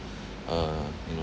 uh you know